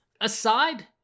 Aside